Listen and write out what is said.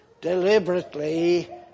deliberately